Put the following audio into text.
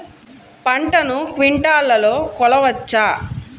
పంటను క్వింటాల్లలో కొలవచ్చా?